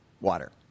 Water